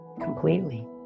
completely